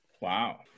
Wow